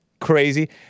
Crazy